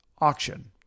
auction